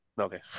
okay